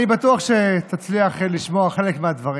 אני בטוח שתצליח לשמוע חלק מהדברים.